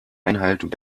einhaltung